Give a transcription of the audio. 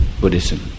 Buddhism